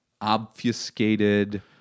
obfuscated